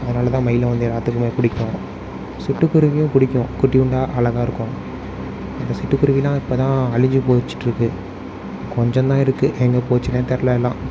அதனால்தான் மயில் வந்து எல்லாத்துக்குமே பிடிக்கும் சிட்டு குருவியும் பிடிக்கும் குட்டியோண்டா அழகாக இருக்கும் அந்த சிட்டு குருவினால் இப்போ தான் அழிஞ்சு போய்ச்சுட்டு இருக்குது கொஞ்சம்தான் இருக்குது எங்கே போச்சுனே தெரில எல்லாம்